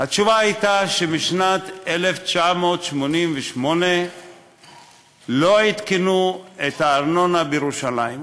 התשובה הייתה שמשנת 1988 לא עדכנו את הארנונה בירושלים.